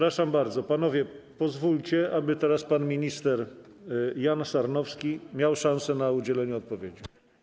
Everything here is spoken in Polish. Przepraszam bardzo, panowie, pozwólcie, aby teraz pan minister Jan Sarnowski miał szansę na udzielenie odpowiedzi.